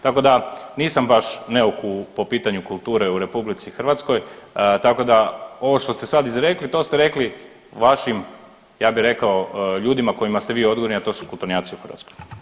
Tako da nisam baš neuk po pitanju kulture u RH, tako da ovo što ste sad izrekli to ste rekli vašim ja bi rekao ljudima kojima ste vi odgovorni, a to su kulturnjaci u Hrvatskoj.